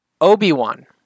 Obi-Wan